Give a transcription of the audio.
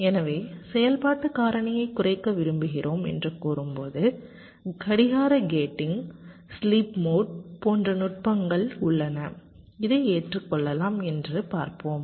எனவே செயல்பாட்டுக் காரணியைக் குறைக்க விரும்புகிறோம் என்று கூறும்போது கடிகார கேட்டிங் ஸ்லீப் மோட் போன்ற நுட்பங்கள் உள்ளன இதை ஏற்றுக்கொள்ளலாம் என்று பார்ப்போம்